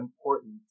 important